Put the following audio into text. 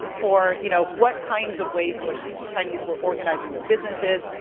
for, you know, what kinds of ways in which chinese were organizing their businesses,